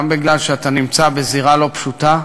גם בגלל שאתה נמצא בזירה לא פשוטה.